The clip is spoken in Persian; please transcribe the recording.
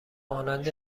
مانند